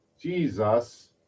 Jesus